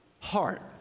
heart